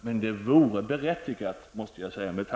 Men det vore berättigat, måste jag säga.